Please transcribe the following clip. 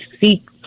seek